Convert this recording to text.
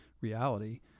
reality